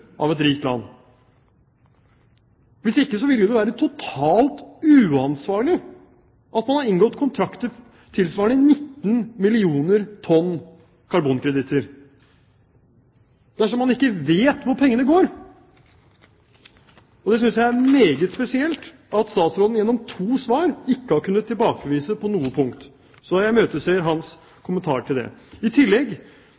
av et rikt land. Hvis ikke, dersom man ikke vet hvor pengene går, ville det jo være totalt uansvarlig å inngå kontrakter tilsvarende 19 millioner tonn karbonkreditter. Det synes jeg er meget spesielt at statsråden gjennom to svar ikke har kunnet tilbakevise på noe punkt, så jeg imøteser